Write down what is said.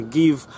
give